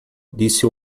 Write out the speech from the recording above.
disse